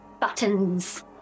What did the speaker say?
buttons